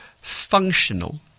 functional